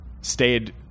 stayed